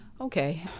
Okay